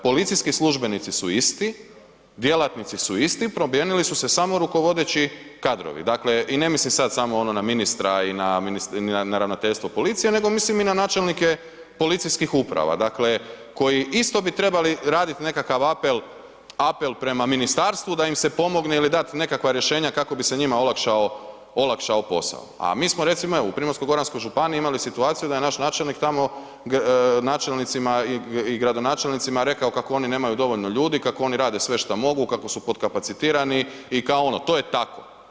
Policijski službenici su isti, djelatnici su isti, promijenili su se samo rukovodeći kadrovi, dakle, i ne mislim sad samo ono na ministra i na Ravnateljstvo policije nego mislim i na načelnike policijskih uprava dakle koji isto bi trebali raditi nekakav apel prema ministarstvu da im se pomogne ili dati nekakva rješenja kako bi se njima olakšao posao a mi smo recimo evo, u Primorsko-goranskoj županiji imali situaciju da je naš načelnik tamo načelnicima i gradonačelnicima rekao kako oni nemaju dovoljno ljudi i kako oni rade sve šta mogu, kako su podkapacitirani i kao ono, to je tako.